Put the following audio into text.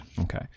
Okay